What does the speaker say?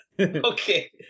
okay